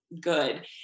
good